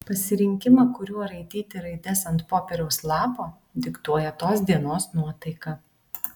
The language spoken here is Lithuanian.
pasirinkimą kuriuo raityti raides ant popieriaus lapo diktuoja tos dienos nuotaika